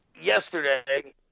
yesterday